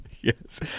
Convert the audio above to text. Yes